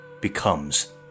becomes